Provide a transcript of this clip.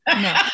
No